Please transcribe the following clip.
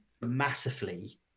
massively